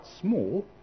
small